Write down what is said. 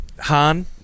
Han